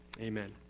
Amen